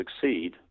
succeed